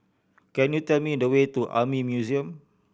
can you tell me the way to Army Museum